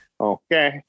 Okay